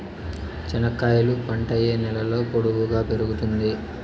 చెనక్కాయలు పంట ఏ నేలలో పొడువుగా పెరుగుతుంది?